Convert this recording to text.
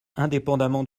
indépendamment